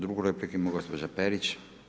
Drugu repliku ima gospođa Perić.